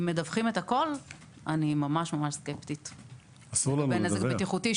האם מדווחים את הכול לגבי הנזק הבטיחותי,